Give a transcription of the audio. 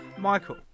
Michael